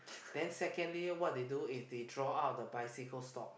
then secondly what they do is they draw out the bicycle stop